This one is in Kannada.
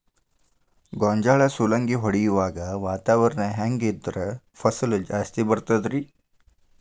ಗೋಂಜಾಳ ಸುಲಂಗಿ ಹೊಡೆಯುವಾಗ ವಾತಾವರಣ ಹೆಂಗ್ ಇದ್ದರ ಫಸಲು ಜಾಸ್ತಿ ಬರತದ ರಿ?